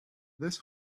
this